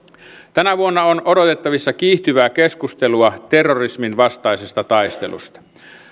tänä vuonna on odotettavissa kiihtyvää keskustelua terrorisminvastaisesta taistelusta